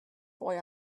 boy